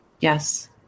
Yes